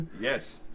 Yes